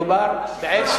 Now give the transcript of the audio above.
מדובר בעץ,